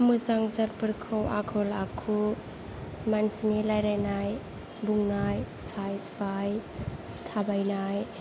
मोजां जातफोरखौ आखल आखु मानसिनि रायलायनाय बुंनाय साइज बाइज थाबायनाय